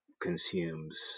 consumes